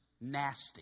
nasty